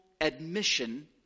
admission